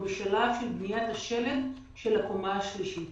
בשלב של בניית השלד של הקומה השלישית.